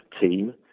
team